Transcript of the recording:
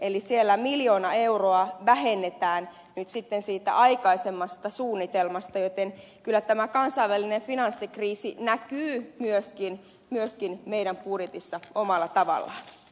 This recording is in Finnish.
eli siellä miljardi euroa vähennetään nyt sitten siitä aikaisemmasta suunnitelmasta joten kyllä tämä kansainvälinen finanssikriisi näkyy myöskin meidän budjetissamme omalla tavallaan